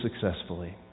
successfully